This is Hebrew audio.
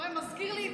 מזכיר לי,